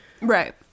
Right